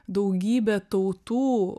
daugybė tautų